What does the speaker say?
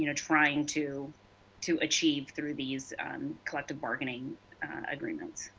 you know trying to to achieve through these collective bargaining ordinance.